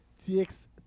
tx